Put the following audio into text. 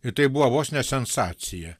ir tai buvo vos ne sensacija